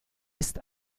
ist